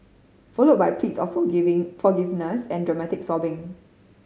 followed by pleas or for giving forgiveness and dramatic sobbing